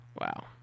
Wow